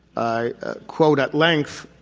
i quote at length,